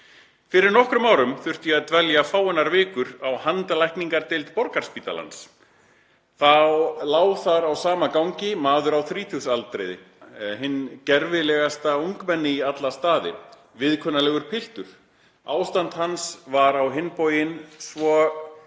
Fyrir nokkrum árum þurfti ég að dvelja fáeinar vikur á handlækningadeild Borgarspítalans. Þá lá þar á sama gangi maður á þrítugsaldri, hið gjörfilegasta ungmenni í alla staði. Viðkunnanlegur piltur. Ástandi hans var á hinn bóginn svo